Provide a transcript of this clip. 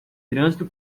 trânsito